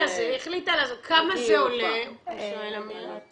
כמה זה עולה, שואל עמיר.